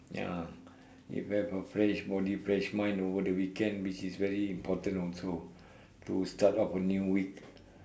ya if have a fresh body fresh mind over the weekend this is very important also to start off a new week